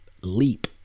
leap